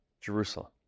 Jerusalem